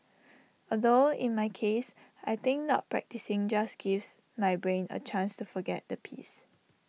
although in my case I think not practising just gives my brain A chance to forget the piece